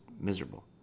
miserable